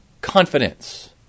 confidence